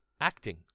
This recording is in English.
acting